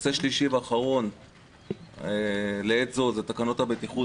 נושא שלישי ואחרון לעת הזו זה תקנות הבטיחות